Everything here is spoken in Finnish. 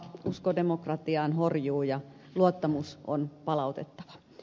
usko demokratiaan horjuu ja luottamus on palautettava